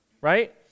right